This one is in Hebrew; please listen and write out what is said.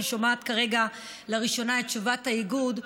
אני שומעת כרגע לראשונה את תשובת האיגוד.